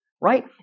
right